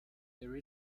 there